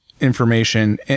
information